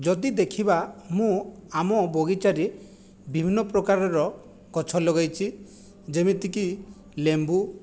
ଯଦି ଦେଖିବା ମୁଁ ଆମ ବଗିଚାରେ ବିଭିନ୍ନ ପ୍ରକାରର ଗଛ ଲଗାଇଛି ଯେମିତିକି ଲେମ୍ବୁ